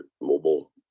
mobile